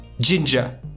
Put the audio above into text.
Ginger